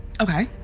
Okay